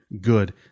Good